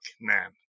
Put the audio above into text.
Man